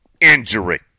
injury